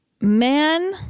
Man